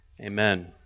Amen